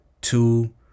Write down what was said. two